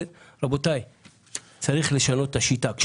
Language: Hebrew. אבל רבותיי,